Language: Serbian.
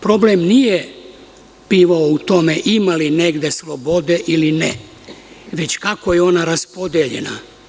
Problem nije bivao u tome ima li negde slobode ili ne, već kako je ona raspodeljena.